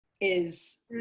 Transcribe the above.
is-